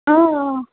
অঁ অঁ